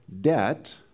debt